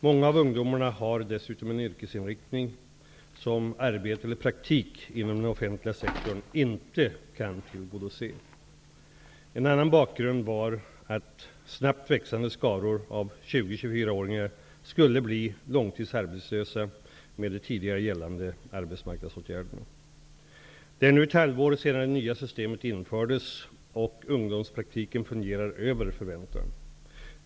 Många av ungdomarna har dessutom en yrkesinriktning som arbete eller praktik inom den offentliga sektorn inte kan tillgodose. En annan bakgrund var att snabbt växande skaror av 20--24 Det är nu ett halvår sedan det nya systemet infördes, och ungdomspraktiken fungerar över förväntan.